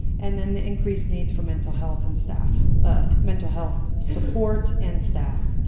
and then, the increased needs for mental health and staff ah mental health support and staff.